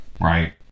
right